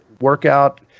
workout